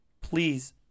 please